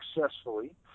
successfully